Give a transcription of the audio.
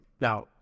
Now